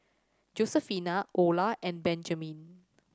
Josefina Ola and Benjamin